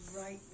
right